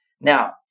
now